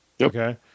Okay